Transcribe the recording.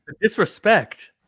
Disrespect